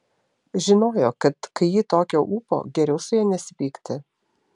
žinojo kad kai ji tokio ūpo geriau su ja nesipykti